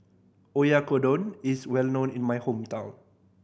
oyakodon is well known in my hometown